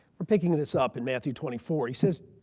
we're picking this up in matthew twenty four. he says,